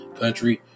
country